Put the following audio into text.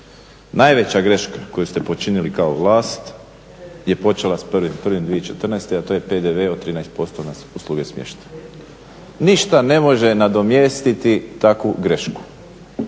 Najveća greška koju ste počinili kao vlast je počela s 1.1.2014. a to je PDV od 13% na usluge smještaja. Ništa ne može nadomjestiti takvu grešku